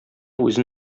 үзен